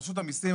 רשות המיסים,